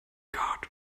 guard